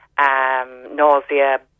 nausea